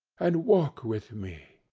and walk with me!